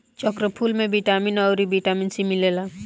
चक्रफूल में vitamin A अउरी बिटामिन सी मिलेला